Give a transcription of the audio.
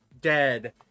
dead